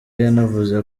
yanavuze